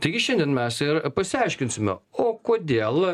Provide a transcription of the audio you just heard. taigi šiandien mes ir pasiaiškinsime o kodėl